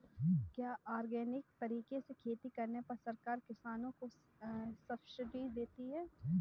क्या ऑर्गेनिक तरीके से खेती करने पर सरकार किसानों को सब्सिडी देती है?